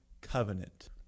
covenant